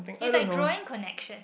is like drawing connection